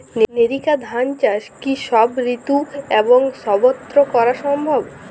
NERICA ধান চাষ কি সব ঋতু এবং সবত্র করা সম্ভব?